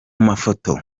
mafoto